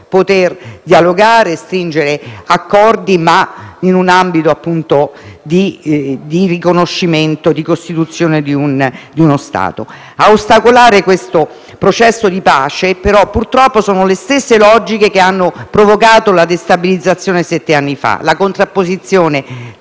poter dialogare e stringere accordi in un ambito di riconoscimento e di costituzione di uno Stato. A ostacolare questo processo di pace purtroppo sono le stesse logiche che hanno provocato la destabilizzazione sette anni fa: la contrapposizione